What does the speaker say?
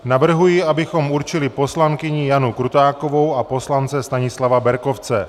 Navrhuji, abychom určili poslankyni Janu Krutákovou a poslance Stanislava Berkovce.